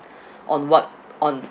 on what on